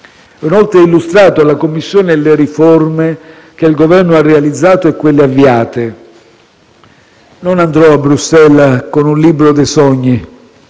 inoltre illustrato alla Commissione le riforme che il Governo ha realizzato e quelle avviate. Non andrò a Bruxelles con un libro dei sogni,